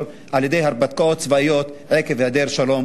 על-ידי הרפתקאות צבאיות עקב היעדר שלום